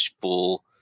full